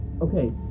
Okay